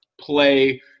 play –